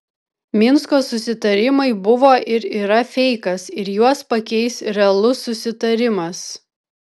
minsko susitarimai buvo ir yra feikas ir juos pakeis realus susitarimas